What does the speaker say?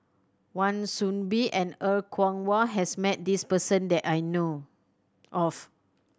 Wan Soon Bee and Er Kwong Wah has met this person that I know of